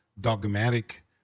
dogmatic